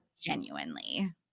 genuinely